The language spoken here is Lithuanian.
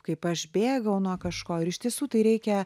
kaip aš bėgau nuo kažko ir iš tiesų tai reikia